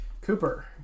Cooper